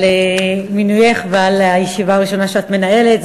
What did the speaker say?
על מינויך ועל הישיבה הראשונה שאת מנהלת.